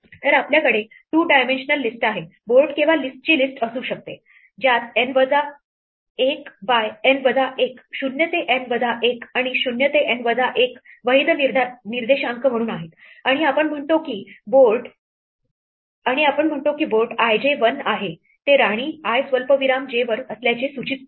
तर आपल्याकडे two dimensional list आहे बोर्ड किंवा लिस्टची लिस्ट असू शकते ज्यात N वजा 1 बाय N वजा 1 0 ते N वजा 1 आणि 0 ते N वजा 1 वैध निर्देशांक म्हणून आहेत आणि आम्ही म्हणतो की बोर्ड ij 1 आहे ते राणी i स्वल्पविराम j वर असल्याचे सूचित करा